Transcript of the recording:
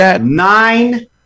nine